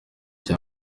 cya